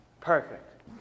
perfect